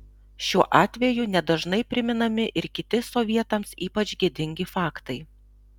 šiuo atveju ne dažnai priminami ir kiti sovietams ypač gėdingi faktai